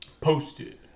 Posted